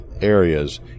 areas